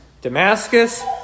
Damascus